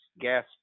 gas